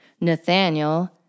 Nathaniel